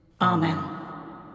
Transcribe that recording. Amen